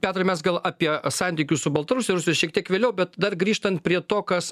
petrai mes gal apie santykius su baltarusija rusija šiek tiek vėliau bet dar grįžtant prie to kas